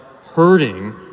hurting